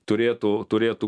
turėtų turėtų